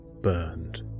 burned